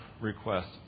request